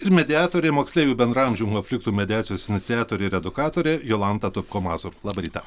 ir mediatorė moksleivių bendraamžių konfliktų mediacijos iniciatorė ir edukatorė jolanta tupkomazur labą rytą